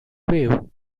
wave